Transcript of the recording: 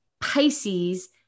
Pisces